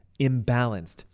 imbalanced